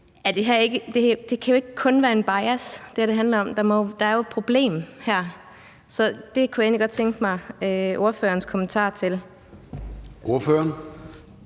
Det kan jo ikke kun være en bias. Der er jo et problem her. Så det kunne jeg egentlig godt tænke mig ordførerens kommentar til. Kl.